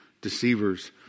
deceivers